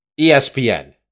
ESPN